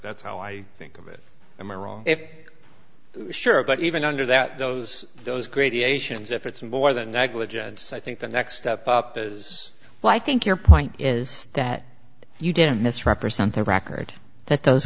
that's how i think of it i'm wrong if sure but even under that those those gradations if it's more than negligence i think the next step up is well i think your point is that you didn't misrepresent their record that those